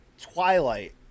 twilight